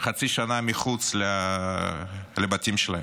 חצי שנה מחוץ לבתים שלהם.